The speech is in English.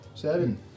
Seven